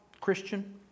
Christian